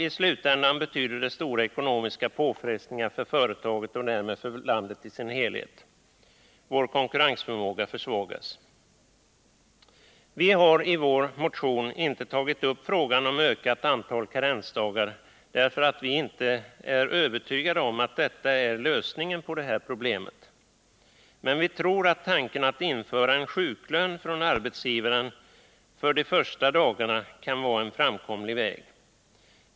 I slutändan medför det stora ekonomiska påfrestningar för företaget och därmed för landet i sin helhet. Vår konkurrensförmåga försvagas. Vi har i vår motion inte tagit upp frågan om ökat antal karensdagar på grund av att vi inte är övertygade om att det förslaget är lösningen på problemet. Men vi tror att tanken på att införa en sjuklön från arbetsgivaren för de första dagarna kan vara en framkomlig väg.